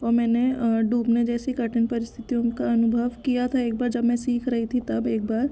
और मैंने डूबने जैसी कठिन परिस्थितियों का अनुभव किया था एक बार जब मैं सीख रही थी तब एक बार